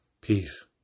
Peace